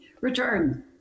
return